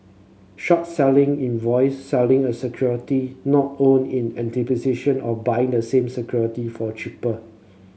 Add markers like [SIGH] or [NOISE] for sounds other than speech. short selling invoice selling a security not owned in [UNINTELLIGIBLE] of buying the same security for cheaper